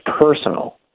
personal